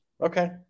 Okay